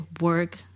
work